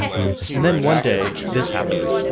and then one day, this happened.